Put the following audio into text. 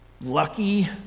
lucky